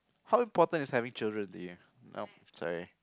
how important is having children to you nope sorry